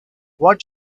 what